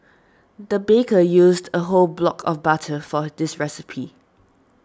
the baker used a whole block of butter for this recipe